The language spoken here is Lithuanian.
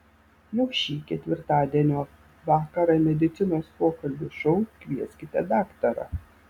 jau šį ketvirtadienio vakarą medicinos pokalbių šou kvieskite daktarą